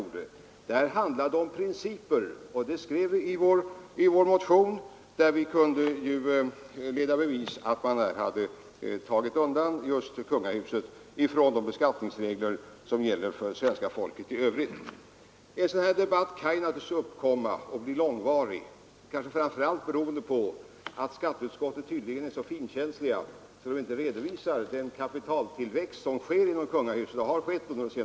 Vi anser att det handlar om principer, och det skrev vi i vår motion, i vilken vi kunde leda i bevis att kungahuset hade undantagits från de beskattningsregler som gäller för svenska folket i övrigt. Debatten i dessa frågor kan naturligtvis blossa upp och bli långvarig, och det beror kanske framför allt på att ledamöterna i skatteutskottet tydligen är så finkänsliga att de inte har velat redovisa den obeskattade kapitaltillväxt som under många år ägt rum och som alltjämt sker inom kungahuset.